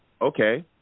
Okay